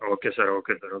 okay sir okay sir okay